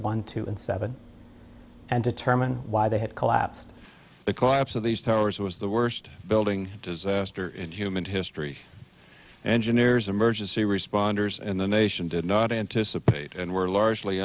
one two and seven and determine why they had collapsed the collapse of these towers was the worst building disaster into human history engineers emergency responders in the nation did not anticipate and were largely